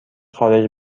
خارج